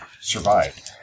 survived